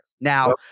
Now